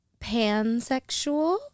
pansexual